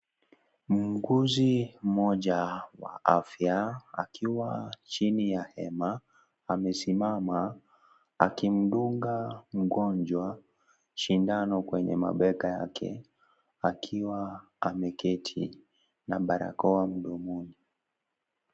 Muuguzi mmoja wa afya, akiwa chini ya hema, amesimama akimdunga mgonjwa shindano kwenye mabega yake, akiwa ameketi na barakoa mdomoni.